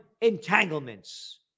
entanglements